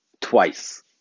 twice